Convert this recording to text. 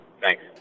Thanks